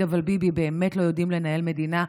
"אבל ביבי" באמת לא יודעים לנהל מדינה.